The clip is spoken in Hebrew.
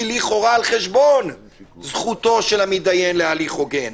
לכאורה על חשבון זכותו של המידיין להליך הוגן.